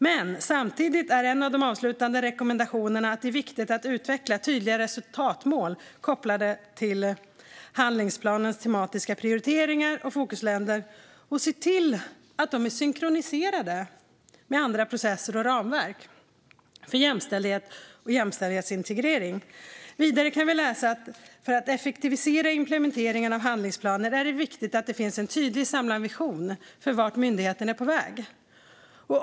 Men samtidigt är en av de avslutande rekommendationerna att man ska utveckla tydliga resultatmål kopplade till handlingsplanens tematiska prioriteringar av fokusländer och se till att de är synkroniserade med andra processer och ramverk för jämställdhet och jämställdhetsintegrering. Vidare kan vi läsa att för att effektivisera implementeringen av handlingsplanen är det viktigt att det finns en tydlig och samlad vision för vart myndigheten är på väg.